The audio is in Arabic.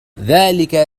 ذلك